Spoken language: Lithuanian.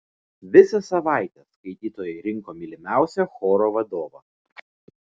visą savaitę skaitytojai rinko mylimiausią choro vadovą